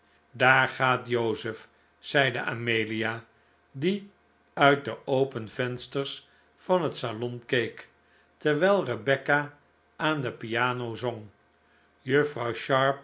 daar gaat joseph zeide amelia die uit de open vensters van het salon keek terwijl rebecca aan de piano zong juffrouw